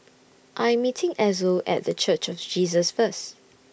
I'm meeting Ezell At The Church of Jesus First